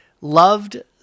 loved